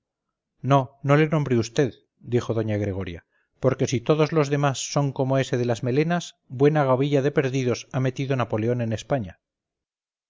no no le nombre vd dijo doña gregoria porque si todos los demás son como ese de las melenas buena gavilla de perdidos ha metido napoleón en españa